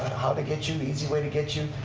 how to get you, the easy way to get you,